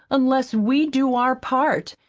unless we do our part,